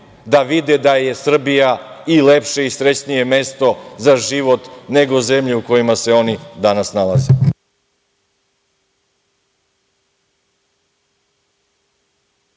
da vide da je Srbija i lepše i srećnije mesto za život nego zemlje u kojima se oni danas nalaze.